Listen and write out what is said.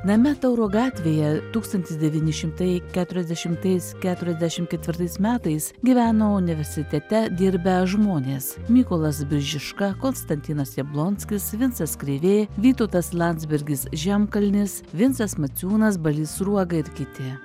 name tauro gatvėje tūkstantis devyni šimtai keturiasdešimtais keturiasdešim ketvirtais metais gyveno univesitete dirbę žmonės mykolas biržiška konstantinas jablonskis vincas krėvė vytautas landsbergis žemkalnis vincas maciūnas balys sruoga ir kiti